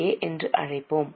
ஏ என்று அழைப்போம்